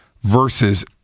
versus